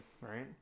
right